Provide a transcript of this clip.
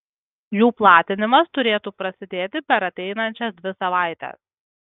jų platinimas turėtų prasidėti per ateinančias dvi savaites